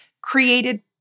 created